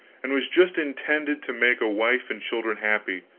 and was just intended to make a wife and children happy.